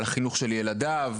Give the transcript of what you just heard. על החינוך של ילדיו,